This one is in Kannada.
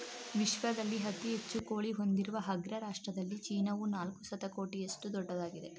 ವಿಶ್ವದಲ್ಲಿ ಅತಿ ಹೆಚ್ಚು ಕೋಳಿ ಹೊಂದಿರುವ ಅಗ್ರ ರಾಷ್ಟ್ರದಲ್ಲಿ ಚೀನಾವು ನಾಲ್ಕು ಶತಕೋಟಿಯಷ್ಟು ದೊಡ್ಡದಾಗಿದೆ